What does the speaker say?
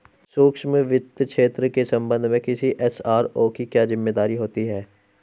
सूक्ष्म वित्त क्षेत्र के संबंध में किसी एस.आर.ओ की क्या जिम्मेदारी होती है?